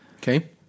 Okay